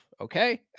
okay